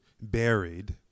buried